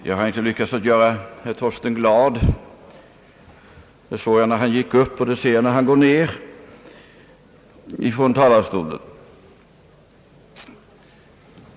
Herr talman! Jag har inte lyckats göra herr Torsten Andersson glad. Det såg jag när han gick upp, och det ser jag nu när han går ner från talarstolen.